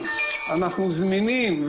אנחנו זמינים.